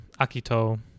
Akito